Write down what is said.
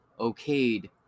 okayed